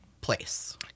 place